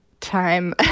time